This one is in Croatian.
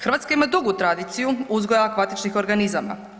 Hrvatska ima dugu tradiciju uzgoja aquatičnih organizama.